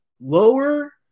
lower